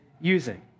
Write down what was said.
using